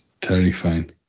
terrifying